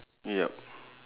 yup